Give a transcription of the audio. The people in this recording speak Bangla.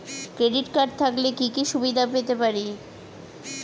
ক্রেডিট কার্ড থাকলে কি কি সুবিধা পেতে পারি?